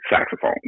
saxophone